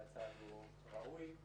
והצעד הוא ראוי.